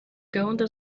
gahunda